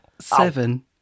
Seven